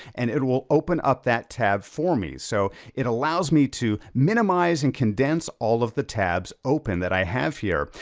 and it will open up that tab for me. so, it allows me to minimize and condense all of the tabs open, that i have here.